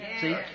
See